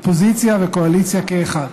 אופוזיציה וקואליציה כאחד.